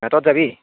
ঘাটত যাবি